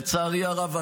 לצערי הרב,